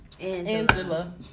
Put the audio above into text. Angela